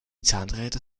zahnräder